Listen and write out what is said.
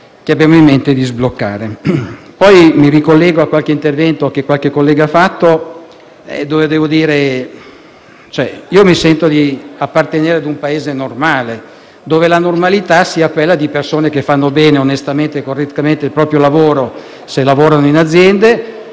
che abbiamo in mente di sbloccare. Nel ricollegarmi ad alcuni interventi che sono stati svolti, devo dire che io mi sento di appartenere a un Paese normale, dove la normalità è quella di persone che fanno bene, onestamente e correttamente il proprio lavoro (se lavorano in aziende)